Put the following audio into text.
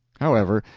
however,